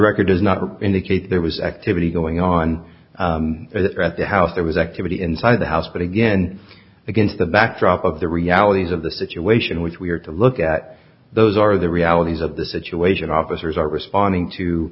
record does not indicate there was activity going on at the house there was activity inside the house but again against the backdrop of the realities of the situation which we are to look at those are the realities of the situation officers are responding to